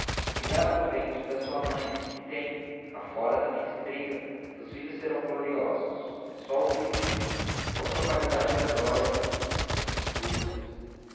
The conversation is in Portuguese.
brigaram no ventre de sua mãe que tem cá fora também se briga seus filhos serão gloriosos é só o que lhe digo quanto à qualidade da glória cousas futuras